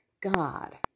God